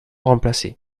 remplacés